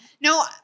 No